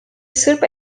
sırp